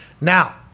now